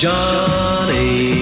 Johnny